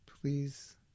please